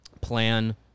plan